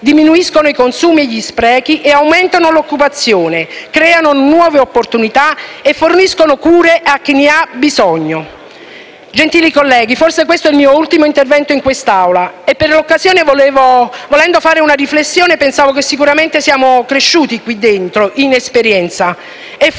diminuiscono i consumi e gli sprechi e aumentano l'occupazione, creano nuove opportunità e forniscono cure a chi ne ha bisogno. Gentili colleghi, forse questo è il mio ultimo intervento in quest'Aula e, volendo fare una riflessione, devo dire che sicuramente siamo cresciuti qui dentro in esperienza e fuori